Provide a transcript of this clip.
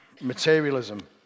materialism